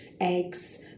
eggs